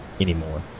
anymore